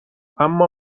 اما